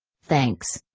thanks.